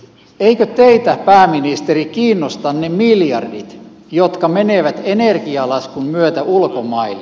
eivätkö teitä pääministeri kiinnosta ne miljardit jotka menevät energialaskun myötä ulkomaille